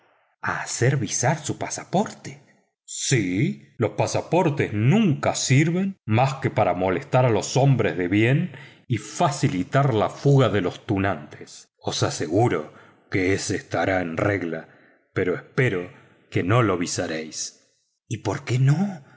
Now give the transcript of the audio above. a hacer visar su pasaporte sí los pasaportes nunca sirven más que para molestar a los hombres de bien y facilitar la fuga de los tunantes os aseguro que ése estará en regla pero espero que no lo visaréis y por qué no